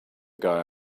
guy